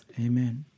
Amen